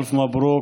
אלף מזל טוב,